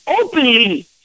openly